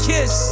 Kiss